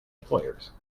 employers